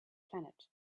planet